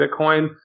Bitcoin